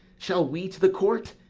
shall we to the court?